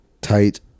Tight